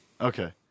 Okay